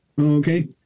okay